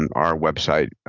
and our website,